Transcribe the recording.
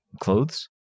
clothes